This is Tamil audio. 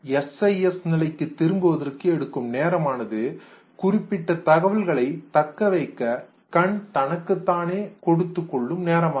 எஸ்ஐஎஸ் நிலைக்கு திரும்புவதற்கு எடுக்கும் நேரமானது குறிப்பிட்ட தகவல்களை தக்க வைக்க கண் தனக்குத் தானே கொடுத்துக் கொள்ளும் நேரமாகும்